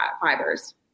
fibers